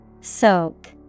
Soak